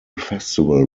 festival